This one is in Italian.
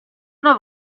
una